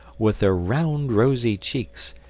with their round rosy cheeks,